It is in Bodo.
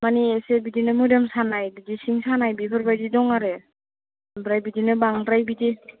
माने एसे बिदिनो मोदोम सानाय बिदि सिं सानाय बेफोरबायदि दं आरो ओमफ्राय बिदिनो बांद्राय बिदि